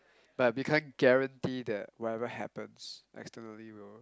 but we can't guarantee that whatever happens externally will